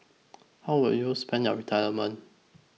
how will you spend your retirement